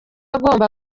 agomba